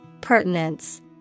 Pertinence